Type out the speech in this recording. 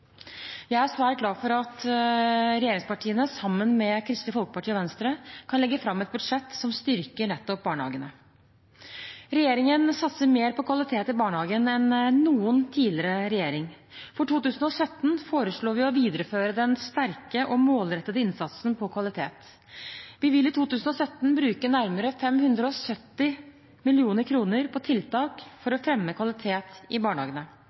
Jeg er svært glad for at regjeringspartiene sammen med Kristelig Folkeparti og Venstre kan legge fram et budsjett som styrker nettopp barnehagene. Regjeringen satser mer på kvalitet i barnehagen enn noen tidligere regjering. For 2017 foreslår vi å videreføre den sterke og målrettede innsatsen på kvalitet. Vi vil i 2017 bruke nærmere 570 mill. kr på tiltak for å fremme kvalitet i barnehagene,